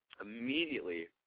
immediately